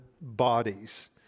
bodies